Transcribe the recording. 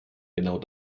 genau